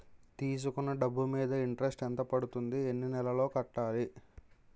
తీసుకున్న డబ్బు మీద ఇంట్రెస్ట్ ఎంత పడుతుంది? ఎన్ని నెలలో కట్టాలి?